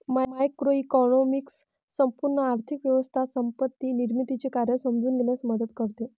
macroeconomics संपूर्ण आर्थिक व्यवस्था संपत्ती निर्मितीचे कार्य समजून घेण्यास मदत करते